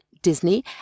disney